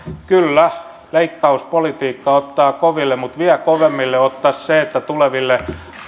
kyllä leikkauspolitiikka ottaa koville mutta vielä kovemmille ottaisi se että tuleville